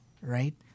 Right